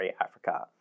Africa